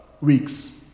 weeks